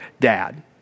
dad